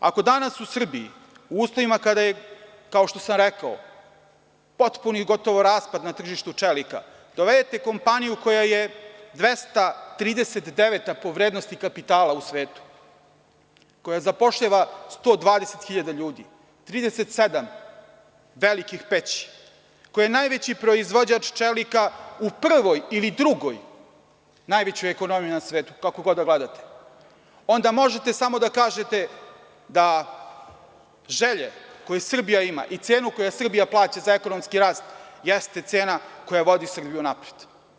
Ako danas u Srbiji, u uslovima kada je, kao što sam rekao, potpuni gotovo raspad na tržištu čelika, dovedite kompaniju koja je 239 po vrednosti kapitala u svetu, koja zapošljava 120.000 ljudi, 37 velikih peći, koja je najveći proizvođač čelika u prvoj ili drugoj najvećoj ekonomiji na svetu, kako god da gledate, onda možete samo da kažete da želje koje Srbija ima i cenu koju Srbija plaća za ekonomski rast jeste cena koja vodi Srbiju napred.